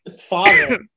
father